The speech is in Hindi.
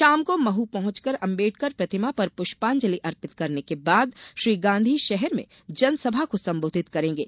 शाम को मह पहचकर अंबेडकर प्रतिमा पर पुष्पांजलि अर्पित करने के बाद श्री गांधी शहर में जनसभा को संबोधित करेंगे